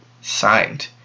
Signed